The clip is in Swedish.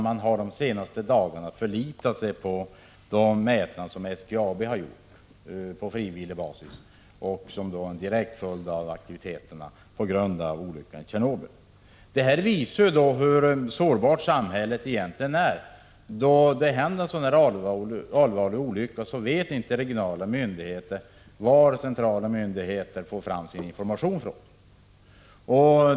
Man har de senaste dagarna förlitat sig på de mätningar som SG AB har gjort på frivillig basis och som är en direkt följd av aktiviteterna på grund av olyckan i Tjernobyl. Detta visar hur sårbart samhället egentligen är. När det inträffar en sådan här allvarlig olycka vet inte regionala myndigheter varifrån centrala myndigheter får sin information.